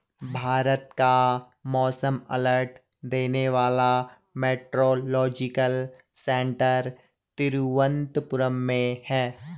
भारत का मौसम अलर्ट देने वाला मेट्रोलॉजिकल सेंटर तिरुवंतपुरम में है